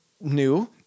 new